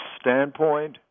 standpoint